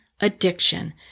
Addiction